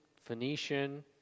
Phoenician